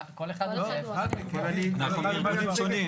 אבל אני באתי לייצג את נכי צה"ל.